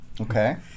Okay